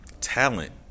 talent